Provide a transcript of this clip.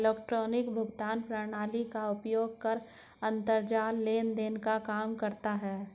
electronic भुगतान प्रणाली का प्रयोग कर अंतरजाल लेन देन काम करता है